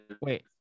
wait